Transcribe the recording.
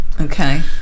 Okay